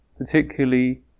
Particularly